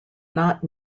not